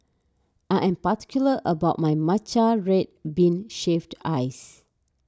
I am particular about my Matcha Red Bean Shaved Ice